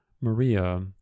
Maria